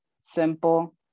simple